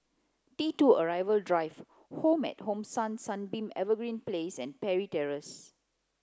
T two Arrival Drive Home at Hong San Sunbeam Evergreen Place and Parry Terrace